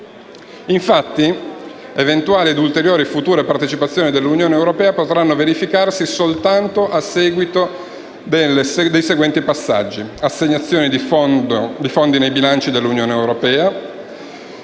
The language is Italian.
Infatti, eventuali ed ulteriori future partecipazioni dell'Unione europea potranno verificarsi soltanto a seguito dei seguenti passaggi: assegnazioni di fondi nel bilancio dell'Unione europea;